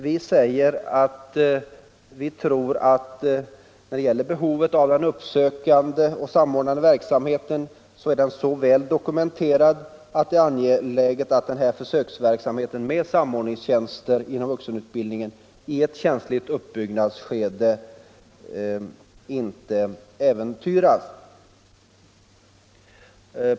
Vi menar att behovet av en uppsökande och samordnande verksamhet är så väl dokumenterat att det är angeläget att försöksverksamheten med samordningstjänster inom vuxenutbildningen i ett känsligt uppbyggnadsskede inte äventyras.